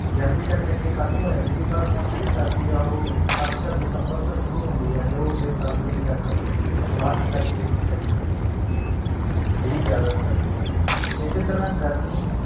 ਜਨਵਰੀ ਤੱਕ ਅੱਗੇ ਖਤਮ ਹੋ ਜਾਂਦੀ ਸੀ ਪਰ ਹੁਣ ਜਿਹੜੀ ਸਰਦੀ ਹੈ ਉਹ ਖਾਸਕਰ ਦਸੰਬਰ ਤੋਂ ਸ਼ੁਰੂ ਹੁੰਦੀ ਹੈ ਅਤੇ ਉਹ ਅੱਗੇ ਫਰਵਰੀ ਤੱਕ ਮਾਰਚ ਤੱਕ ਜਿਹੜੀ ਚੱਲੀ ਜਾਂਦੀ ਆ ਜਿਹੜੀ ਜ਼ਿਆਦਾ ਸਰਦੀ ਆ ਇਸ ਤਰ੍ਹਾਂ ਗਰਮੀ